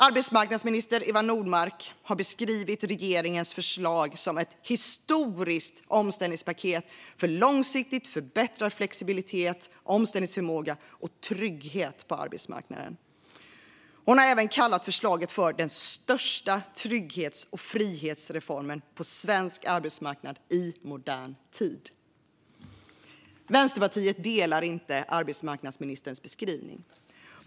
Arbetsmarknadsminister Eva Nordmark har beskrivit regeringens förslag som ett historiskt omställningspaket för långsiktigt förbättrad flexibilitet, omställningsförmåga och trygghet på arbetsmarknaden. Arbetsmarknadsministern har även kallat förslaget för den största trygghets och frihetsreformen på svensk arbetsmarknad i modern tid. Vänsterpartiet instämmer inte i arbetsmarknadsministerns beskrivning.